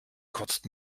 kotzt